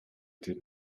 did